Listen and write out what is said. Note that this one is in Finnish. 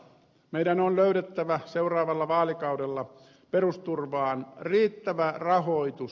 meidän on löydettävä seuraavalla vaalikaudella perusturvaan riittävä rahoitus